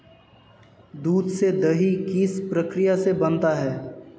दूध से दही किस प्रक्रिया से बनता है?